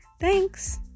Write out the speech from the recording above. Thanks